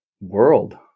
world